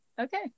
Okay